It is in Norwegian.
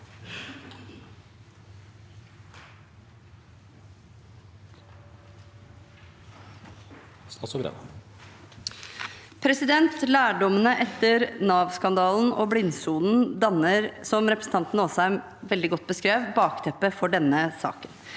Lærdommene etter Nav-skandalen og blindsonen danner, som representanten Asheim veldig godt beskrev, bakteppet for denne saken.